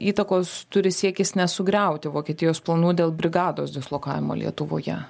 įtakos turi siekis nesugriauti vokietijos planų dėl brigados dislokavimo lietuvoje